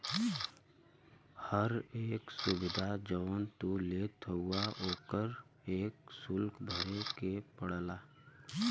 हर एक सुविधा जौन तू लेत हउवा ओकर एक सुल्क भरे के पड़ला